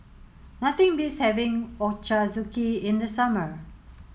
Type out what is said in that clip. nothing beats having Ochazuke in the summer